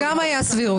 זה גם היה סבירות.